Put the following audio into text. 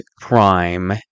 crime